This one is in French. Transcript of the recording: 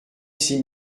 six